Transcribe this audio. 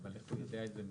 איך הוא יודע את זה מראש?